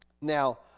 Now